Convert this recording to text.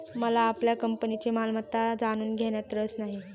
मला आपल्या कंपनीची मालमत्ता जाणून घेण्यात रस नाही